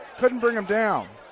couldn't bring him down,